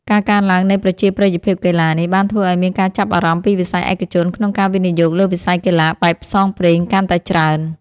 ការកើនឡើងនៃប្រជាប្រិយភាពកីឡានេះ បានធ្វើឱ្យមានការចាប់អារម្មណ៍ពីវិស័យឯកជនក្នុងការវិនិយោគលើវិស័យកីឡាបែបផ្សងព្រេងកាន់តែច្រើន។